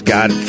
God